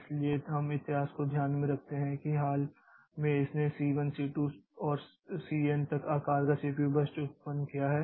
इसलिए हम इतिहास को ध्यान में रखते हैं कि हाल में तो इसने c 1 c 2 और c n तक आकार का सीपीयू बर्स्ट उत्पन्न किया है